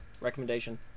recommendation